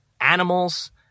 animals